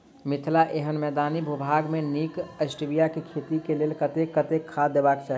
मिथिला एखन मैदानी भूभाग मे नीक स्टीबिया केँ खेती केँ लेल कतेक कतेक खाद देबाक चाहि?